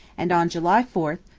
and on july four,